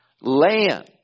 land